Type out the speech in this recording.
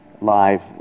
live